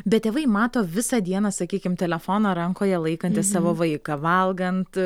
bet tėvai mato visą dieną sakykim telefoną rankoje laikantį savo vaiką valgant